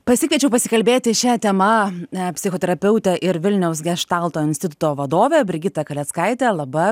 pasikviečiau pasikalbėti šia tema psichoterapeutą ir vilniaus geštalto instituto vadovę brigitą kaleckaitę laba